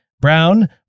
brown